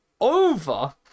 over